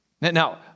Now